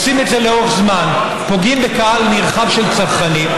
עושים את זה לאורך זמן ופוגעים בקהל נרחב של צרכנים.